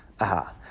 aha